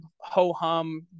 ho-hum